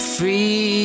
Free